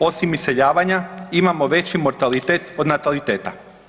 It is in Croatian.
Osim iseljavanja imamo veći mortalitet od nataliteta.